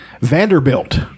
Vanderbilt